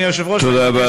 תודה,